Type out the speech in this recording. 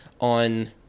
on